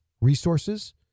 resources